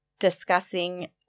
Discussing